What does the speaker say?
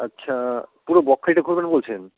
আচ্ছা পুরো বকখালিটা ঘুরবেন বলছেন